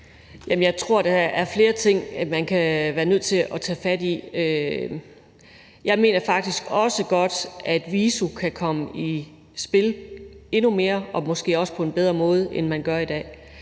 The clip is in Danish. jeg tror, at der er flere ting, man kan være nødt til at tage fat i. Jeg mener faktisk også, at VISO kan komme i spil endnu mere og måske også på en bedre måde, end man gør i dag.